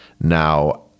Now